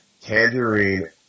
Tangerine